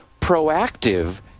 proactive